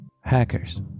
Hackers